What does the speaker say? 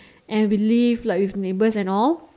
and we live like with neighbours and all